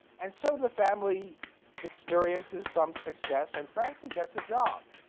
and so the family experiences some success. and francie gets a job.